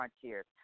frontiers